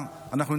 חוק ומשפט,